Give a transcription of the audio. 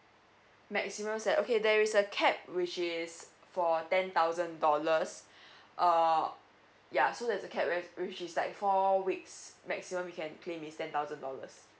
maximum set okay there is a cap which is for ten thousand dollars err ya so there's a cap which is like four weeks maximum you can claim is ten thousand dollars